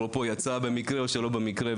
במקרה או שלא במקרה.